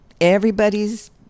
everybody's